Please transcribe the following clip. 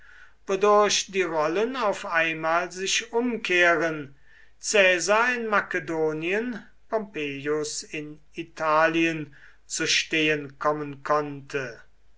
wodurch die rollen auf einmal sich umkehren caesar in makedonien pompeius in italien zu stehen kommen konnte